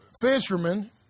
fishermen